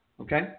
Okay